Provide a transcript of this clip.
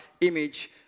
image